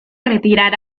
retirar